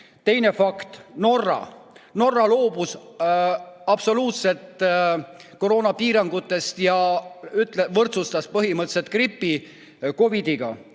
Teine fakt, Norra. Norra loobus absoluutselt koroonapiirangutest ja võrdsustas põhimõtteliselt gripi COVID‑iga.